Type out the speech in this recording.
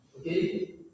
Okay